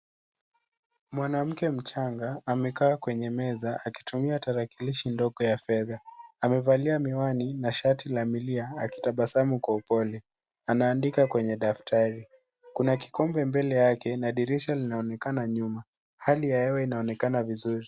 Mwanamke mchanga amekaa kwenye meza, akitumia tarakilishi ndogo ya fedha. Amevalia miwani na shati la milia akitabasamu kwa upole. Anaandika kwenye dafrari. Kuna kikombe mbele yake, na dirisha linaonekana nyuma. Hali ya hewa inaonekana vizuri.